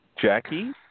Jackie